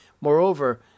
Moreover